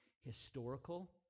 historical